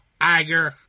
Iger